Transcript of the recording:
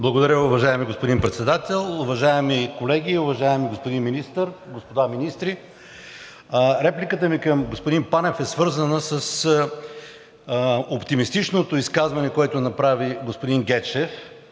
Благодаря, уважаеми господин Председател. Уважаеми колеги, уважаеми господин Министър, господа министри! Репликата ми към господин Панев е свързана с оптимистичното изказване, което направи господин Гечев.